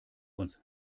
uns